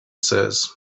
says